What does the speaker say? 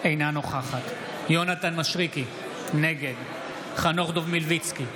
אינה נוכחת יונתן מישרקי, נגד חנוך דב מלביצקי,